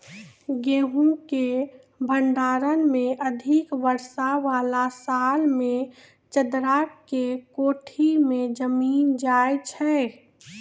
गेहूँ के भंडारण मे अधिक वर्षा वाला साल मे चदरा के कोठी मे जमीन जाय छैय?